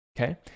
okay